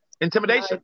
intimidation